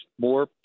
more